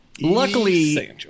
Luckily